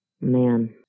Man